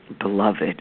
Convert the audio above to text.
beloved